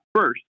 first